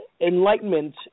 enlightenment